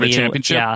Championship